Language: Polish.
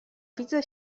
widzę